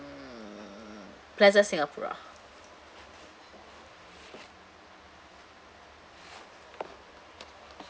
mm pl aza singapura